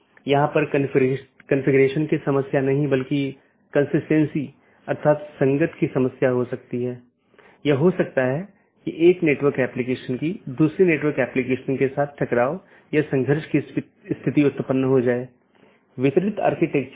तो ये वे रास्ते हैं जिन्हें परिभाषित किया जा सकता है और विभिन्न नेटवर्क के लिए अगला राउटर क्या है और पथों को परिभाषित किया जा सकता है